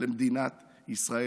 למדינה ישראל.